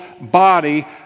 Body